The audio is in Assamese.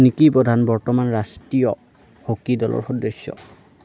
নিকি প্ৰধান বৰ্তমান ৰাষ্ট্ৰীয় হকী দলৰ সদস্য